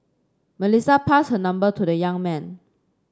Melissa passed her number to the young man